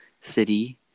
city